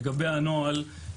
לגבי הנוהל,